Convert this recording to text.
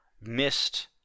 missed